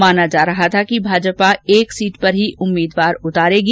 माना जा रहा था कि भाजपा एक सीट पर ही उम्मीदवार उतारेगी